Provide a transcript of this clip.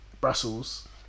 Brussels